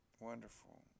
Wonderful